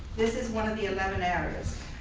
this is one of the eleven areas.